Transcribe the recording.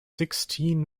sixteen